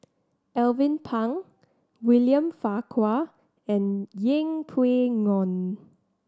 Alvin Pang William Farquhar and Yeng Pway Ngon